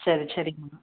சரி சரிங்கம்மா